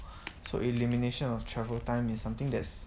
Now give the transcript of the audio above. so elimination of travel time is something that's